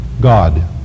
God